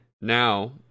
now